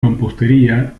mampostería